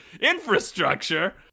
infrastructure